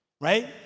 Right